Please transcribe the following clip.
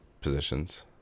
positions